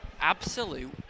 Absolute